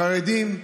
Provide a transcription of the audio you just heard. חרדים,